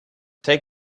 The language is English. take